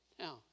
Now